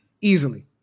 easily